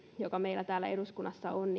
joka meillä täällä eduskunnassa on